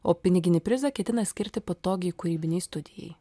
o piniginį prizą ketina skirti patogiai kūrybinei studijai